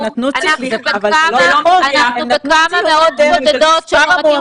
אנחנו בכמה מאות בודדות של --- אבל זה לא נכון,